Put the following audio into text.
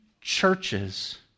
churches